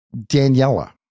Daniela